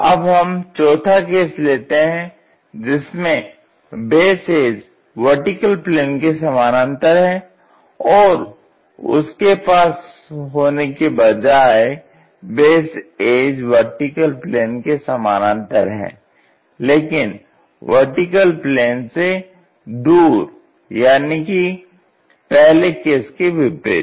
अब हम चौथा केस लेते हैं जिसमें बेस एज VP के समानांतर है और उसके पास होने की बजाय बेस एज VP के समानांतर है लेकिन VP से दूर यानी कि पहले केस के विपरीत